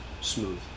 smooth